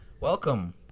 Welcome